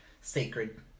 sacred